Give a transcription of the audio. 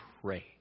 pray